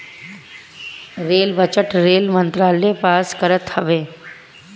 rail budget rail मंत्रालय पास करत हवे